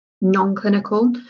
non-clinical